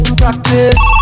practice